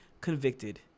convicted